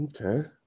Okay